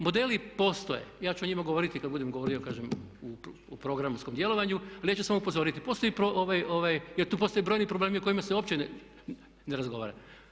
Modeli postoje, ja ću o njima govoriti kad budem govorio kažem o programskom djelovanju, ali ja ću samo upozoriti postoje brojni problemi o kojima se uopće ne razgovara.